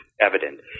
evident